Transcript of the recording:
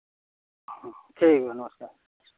हाँ ठीक बनवाते हैं